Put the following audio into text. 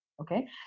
okay